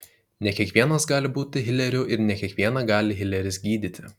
ne kiekvienas gali būti hileriu ir ne kiekvieną gali hileris gydyti